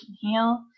heal